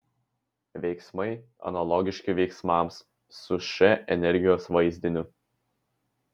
veiksmai analogiški veiksmams su š energijos vaizdiniu